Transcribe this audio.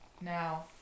Now